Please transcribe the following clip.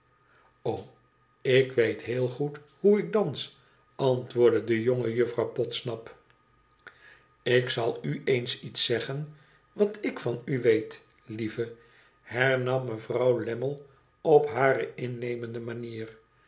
ik weet heel goed hoe ik dans antwoordde de jonge juffrouv podsnap fik zal u eens iets zeggen wat ik van u weet lieve hernam mevrouw lammie op hare innemende manier